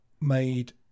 made